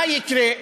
מה יקרה,